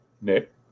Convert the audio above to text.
Nick